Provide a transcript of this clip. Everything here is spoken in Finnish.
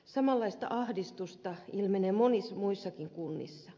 samanlaista ahdistusta ilmenee monissa muissakin kunnissa